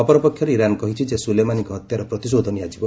ଅପର ପକ୍ଷରେ ଇରାନ୍ କହିଛି ଯେ ସୁଲେମାନିଙ୍କ ହତ୍ୟାର ପ୍ରତିଶୋଧ ନିଆଯିବ